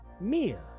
Mia